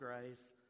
grace